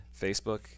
Facebook